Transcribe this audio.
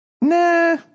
Nah